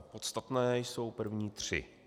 Podstatné jsou první tři.